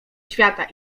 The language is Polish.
świata